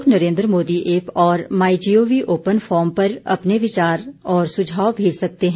लोग नरेन्द्र मोदी ऐप और my G O V open forum पर अपने विचार और सुझाव भेज सकते हैं